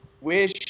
wish